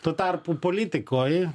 tuo tarpu politikoj